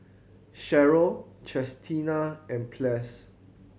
Cheryl Chestina and Ples